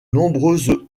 nombreuses